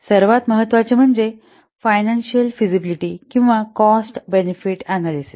सर्वात महत्त्वाचे म्हणजे फायनान्शियल फिजिबिलिटी किंवा कॉस्ट बेनिफिट अनॅलिसिस